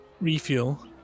refuel